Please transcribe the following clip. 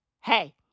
Hey